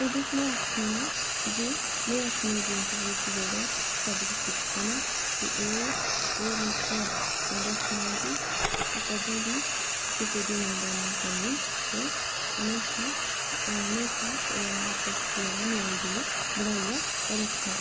एह्दे च में आक्खनियां जे में अपनी जिदगी च जेह्डे़ सबक सिक्खे न ते ओह् में तुसें दस्सनियां जे कदें बी कुसै दी निंदा नेईं करनी ते हमेशा आपस च जेह्ड़ा मेल जोल बनाइयै रक्खना